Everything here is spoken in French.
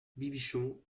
bibichon